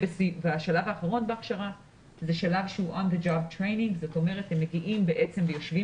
השלב האחרון בהכשרה הוא שלב בו הם מגיעים ויושבים